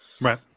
right